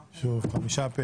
5. מי נגד?